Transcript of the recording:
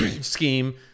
scheme